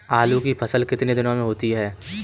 आलू की फसल कितने दिनों में होती है?